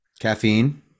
Caffeine